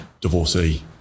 divorcee